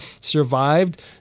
survived